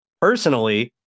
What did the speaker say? Personally